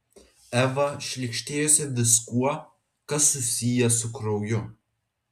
eva šlykštėjosi viskuo kas susiję su krauju